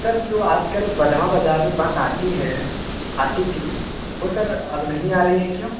sir जो आजकल बधवा बाज़ार में बस आती है आती थी वह सर अब नहीं आ रही है क्यों